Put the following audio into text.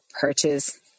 purchase